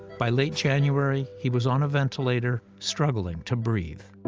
by late january, he was on a ventilator, struggling to breathe.